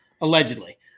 allegedly